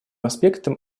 аспектом